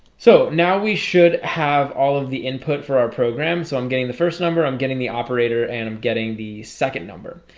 so now we should have all of the input for our program. so i'm getting the first number i'm getting the operator and i'm getting the second number.